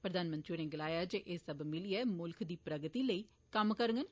प्रधानमंत्री होरें गलाया जे एह् सब मिलिए मुल्ख दी प्रगति लेई कम्म करडन